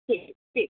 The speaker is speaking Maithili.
ठीक ठीक